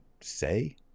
say